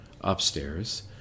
upstairs